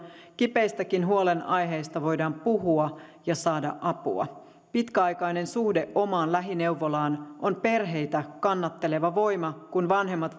kipeistäkin huolenaiheista voidaan puhua ja saada apua pitkäaikainen suhde omaan lähineuvolaan on perheitä kannatteleva voima kun vanhemmat